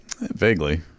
Vaguely